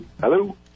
Hello